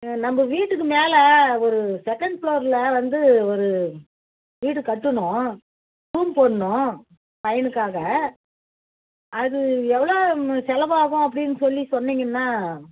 நம்ம வீட்டுக்கு மேலே ஒரு செக்கெண்ட் ஃப்ளோரில் வந்து ஒரு வீடு கட்டணும் ரூம் போடணும் பையனுக்காக அது எவ்வளோ செலவாகும் அப்படின்னு சொல்லி சொன்னிங்ன்னா